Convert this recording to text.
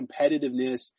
competitiveness